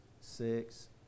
six